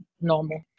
normal